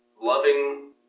loving